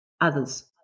others